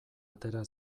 atera